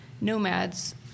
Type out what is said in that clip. Nomads